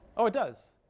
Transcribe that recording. oh, it does.